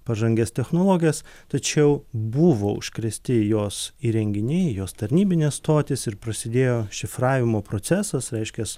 pažangias technologijas tačiau buvo užkrėsti jos įrenginiai jos tarnybinės stotys ir prasidėjo šifravimo procesas reiškias